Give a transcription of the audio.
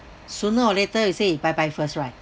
sooner or later he'll say bye bye first right